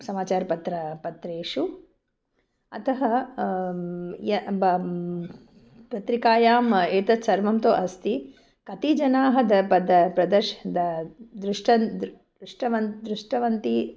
समाचारपत्रे पत्रेषु अतः पत्रिकायाम् एतत् सर्वं तु अस्ति कति जनाः द पदं प्रदर्श दृष्टन् दृष्टवन्तः दृष्टवन्तः